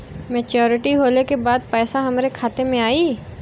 Maturity होले के बाद पैसा हमरे खाता में आई?